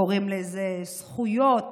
קוראים לזה זכויות,